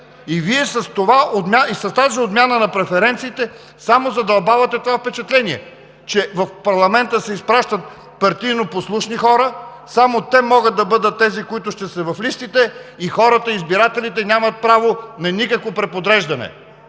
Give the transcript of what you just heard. Вие с тази отмяна на преференциите само задълбавате това впечатление, че в парламента се изпращат партийно послушни хора, само те могат да бъдат тези, които ще са в листите и хората, избирателите нямат право на никакво преподреждане.